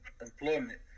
employment